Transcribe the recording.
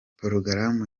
porogaramu